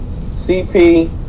CP